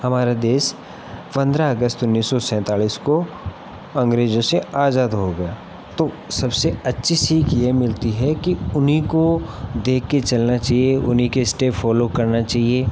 हमारा देश पंद्रह अगस्त उन्नीस सौ सैंतालीस को अंग्रेज़ों से आजाद हो गया तो सबसे अच्छी सीख ये मिलती है कि उन्हीं को देखके चलना चाहिए उन्हीं के स्टेप फॉलो करना चाहिए